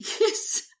yes